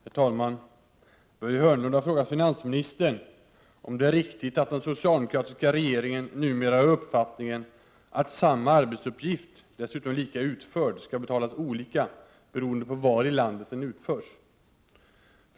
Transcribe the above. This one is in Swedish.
Enligt ett inslag i Dagens Eko har finansministern ”gett order” till statens arbetsgivarverk att verka för skilda löner i olika orter för samma jobb. Är det riktigt att den socialdemokratiska regeringen numera har uppfattningen att samma arbetsuppgift, dessutom lika utförd, skall betalas olika beroende på var i landet den utförs?